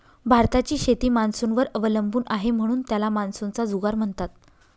भारताची शेती मान्सूनवर अवलंबून आहे, म्हणून त्याला मान्सूनचा जुगार म्हणतात